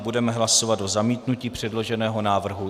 Budeme hlasovat o zamítnutí předloženého návrhu.